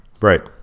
Right